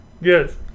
Yes